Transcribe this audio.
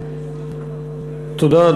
תודה.